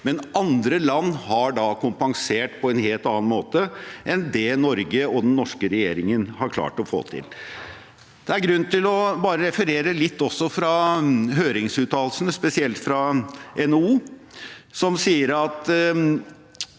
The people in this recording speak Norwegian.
men andre land har kompensert på en helt annen måte enn det Norge og den norske regjeringen har klart å få til. Det er grunn til å referere litt også fra høringsuttalelsene, spesielt fra NHO, som sier at